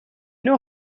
نوع